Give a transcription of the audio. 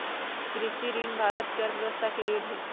कृषि ऋण भारत के अर्थव्यवस्था के रीढ़ हई